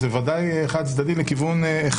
זה בוודאי חד-צדדי לכיוון אחד.